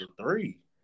Three